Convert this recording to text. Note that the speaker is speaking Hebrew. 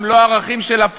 הם לא ערכים של "לה פמיליה".